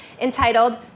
entitled